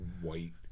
white